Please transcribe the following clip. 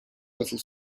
little